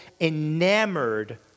enamored